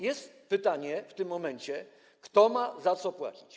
Jest pytanie w tym momencie, kto ma za co płacić.